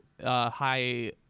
high